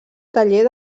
taller